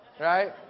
Right